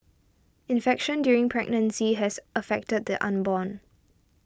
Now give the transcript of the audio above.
infection during pregnancy has affected the unborn